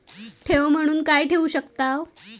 ठेव म्हणून काय ठेवू शकताव?